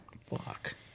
Fuck